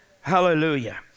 hallelujah